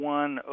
one